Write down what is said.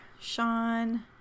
Sean